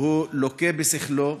הוא לוקה בשכלו,